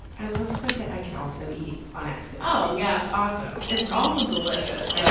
i love stuff that i could also eat on accident. oh, yeah. it's awesome. it's also delicious.